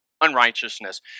unrighteousness